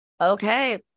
Okay